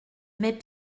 mais